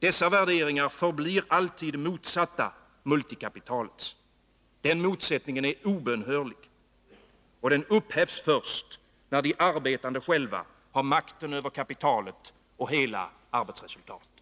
Dessa värderingar förblir alltid motsatta multikapitalets. Den motsättningen är obönhörlig. Den upphävs först när de arbetande själva har makten över kapitalet och hela arbetsresultatet.